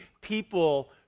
people